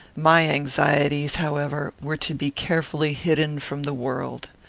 my anxieties, however, were to be carefully hidden from the world.